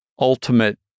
Ultimate